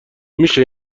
میشه